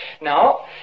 Now